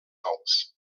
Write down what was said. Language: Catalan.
nous